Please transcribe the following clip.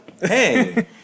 Hey